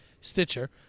Stitcher